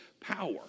power